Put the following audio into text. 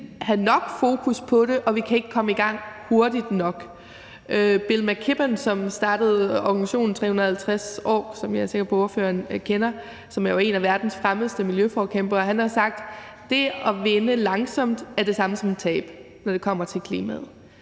kan have nok fokus på det, og vi kan ikke komme i gang hurtigt nok. Bill McKibben, som startede organisationen 350 År, som jeg er sikker på ordføreren kender, og som jo er en af verdens fremmeste miljøforkæmpere, har sagt, at det at vinde langsomt er det samme som at tabe, når det kommer til klimaet,